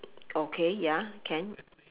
okay ya can